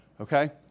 okay